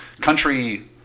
Country